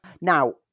Now